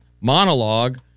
monologue